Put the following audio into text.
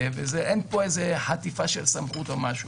ואין פה איזו חטיפה של סמכות או משהו.